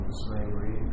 slavery